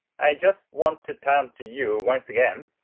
i just want to turn to you once again